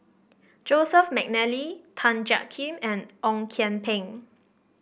Joseph McNally Tan Jiak Kim and Ong Kian Peng